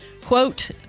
Quote